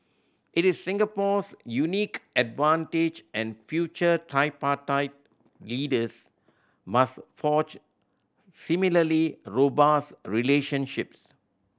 it is Singapore's unique advantage and future tripartite leaders must forge similarly robust relationships